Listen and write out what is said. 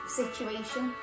situation